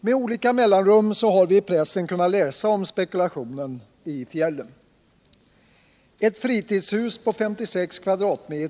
Med olika mellanrum har vi i pressen kunnat läsa om spekulationen i fjällen. Ett fritidshus på 56 m?